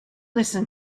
listen